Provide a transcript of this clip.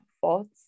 thoughts